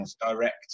direct